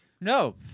No